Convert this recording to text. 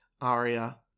aria